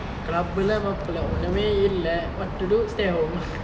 club leh மப்புல ஒன்னுமே இல்ல:mappule onnume illa what to do stay at home